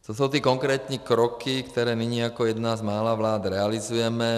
Co jsou ty konkrétní kroky, které nyní jako jedna z mála vlád realizujeme?